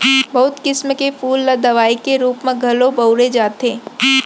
बहुत किसम के फूल ल दवई के रूप म घलौ बउरे जाथे